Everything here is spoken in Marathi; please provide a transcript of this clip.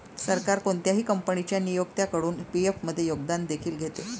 सरकार कोणत्याही कंपनीच्या नियोक्त्याकडून पी.एफ मध्ये योगदान देखील घेते